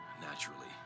Naturally